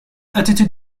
attitude